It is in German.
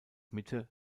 mitte